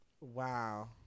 wow